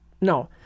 no